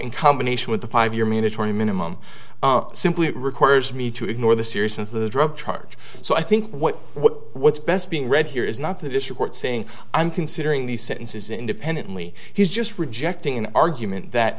in combination with a five year mandatory minimum simply it requires me to ignore the seriousness of the drug charge so i think what what's best being read here is not that issue court saying i'm considering these sentences independently he's just rejecting an argument that